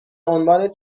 عنوان